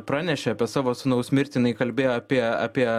pranešė apie savo sūnaus mirtį jinai kalbėjo apie apie